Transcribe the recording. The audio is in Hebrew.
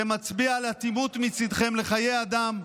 זה מצביע על אטימות מצידכם לחיי אדם.